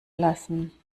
lassen